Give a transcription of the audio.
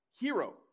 hero